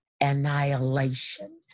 annihilation